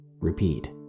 repeat